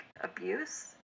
abuse